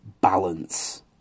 balance